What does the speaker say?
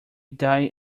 die